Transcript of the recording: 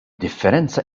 differenza